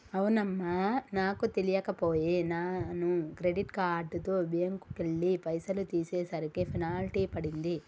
అవునమ్మా నాకు తెలియక పోయే నాను క్రెడిట్ కార్డుతో బ్యాంకుకెళ్లి పైసలు తీసేసరికి పెనాల్టీ పడింది